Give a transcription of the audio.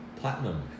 Platinum